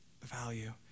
value